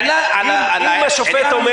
------ אם השופט אומר